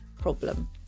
problem